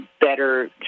better